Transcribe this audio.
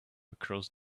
across